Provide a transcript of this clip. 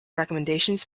recommendations